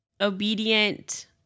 obedient